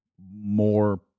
more